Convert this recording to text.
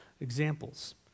examples